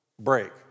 break